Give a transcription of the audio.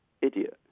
idiot